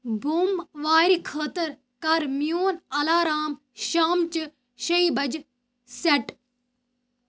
بوموارِ خٲطٕر کر میون اَلارام شامچہِ شیٚیہِ بجہِ سٮ۪ٹ